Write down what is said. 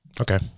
Okay